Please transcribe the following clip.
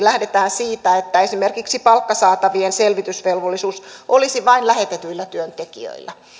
lähdetään siitä että esimerkiksi palkkasaatavien selvitysvelvollisuus olisi vain lähetetyillä työntekijöillä